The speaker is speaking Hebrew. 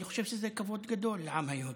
אני חושב שזה כבוד גדול לעם היהודי.